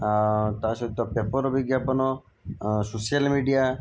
ଆଉ ତା ସହିତ ପେପର ବିଜ୍ଞାପନ ସୋସିଆଲ ମିଡ଼ିଆ